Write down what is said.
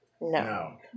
no